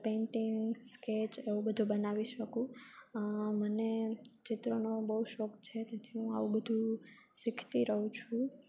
painting sketch એવું બધુ બનાવી શકું મને ચિત્રોનો બહુ શોખ છે તેથી હું આવું બધું શિખતી રહું છું